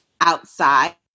outside